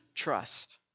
trust